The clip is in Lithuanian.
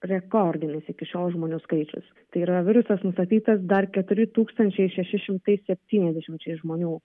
rekordinis iki šiol žmonių skaičius tai yra virusas nustatytas dar keturi tūkstančiai šeši šimtai septyniasdešimčiai žmonių